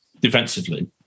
defensively